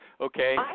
okay